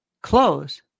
Close